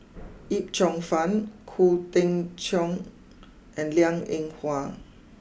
Yip Cheong fun Khoo Tim Cheong and Liang Eng Hwa